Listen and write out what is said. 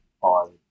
on